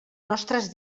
nostres